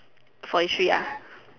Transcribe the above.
forty three ah